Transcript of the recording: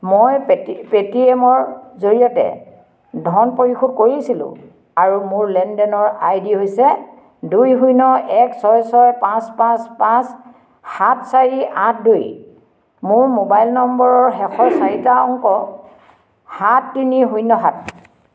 মই পেটি পে'টিএম ৰ জৰিয়তে ধন পৰিশোধ কৰিছিলো আৰু মোৰ লেনদেনৰ আই ডি হৈছে দুই শূন্য এক ছয় ছয় পাঁচ পাঁচ পাঁচ সাত চাৰি আঠ দুই মোৰ মোবাইল নম্বৰৰ শেষৰ চাৰিটা অংক সাত তিনি শূন্য সাত